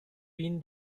bin